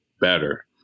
better